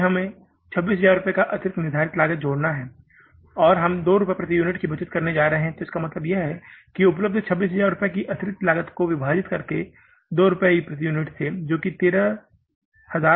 क्योंकि हमें 26000 रुपये की निर्धारित लागत को जोड़ना है और हम 2 रुपये प्रति यूनिट की बचत करने जा रहे हैं इसलिए इसका मतलब है कि उपलब्ध 26000 रुपये की अतिरिक्त लागत को विभाजित करके 2 रुपये प्रति यूनिट है जो कि 13000 है